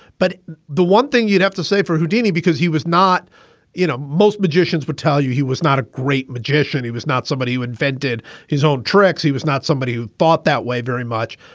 but the one thing you'd have to say for houdini, because he was not you know, most magicians would tell you he was not a great magician. he was not somebody who invented his own tricks. he was not somebody who thought that way very much.